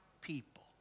people